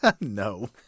No